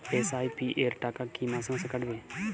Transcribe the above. SIP র টাকা কী মাসে মাসে কাটবে?